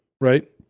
right